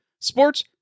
Sports